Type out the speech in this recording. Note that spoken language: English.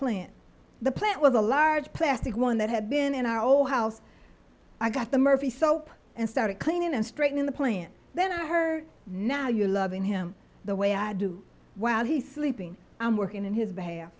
plant the plant with a large plastic one that had been in our house i got the murphy soap and started cleaning and straightening the plant then i heard now you loving him the way i do while he's sleeping i'm working on his behalf